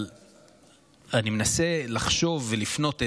אבל אני אנסה לחשוב ולפנות אליכם,